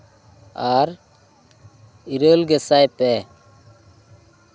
ᱟᱨ ᱤᱨᱟᱹᱞ ᱜᱮᱥᱟᱭ ᱯᱮ